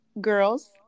Girls